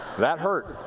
that hurt.